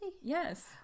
Yes